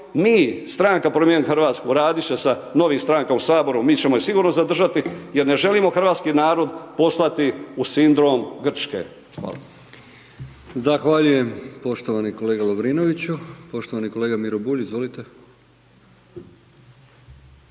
mi stranka Promijenimo Hrvatsku radit će sa novim strankama u Saboru, mi ćemo ju sigurno zadržati jer ne želimo hrvatski narod poslati u sindrom Grčke. Hvala. **Brkić, Milijan (HDZ)** Zahvaljujem, poštovani kolega Lovrinoviću. Poštovani kolega Miro Bulj, izvolite.